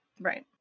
Right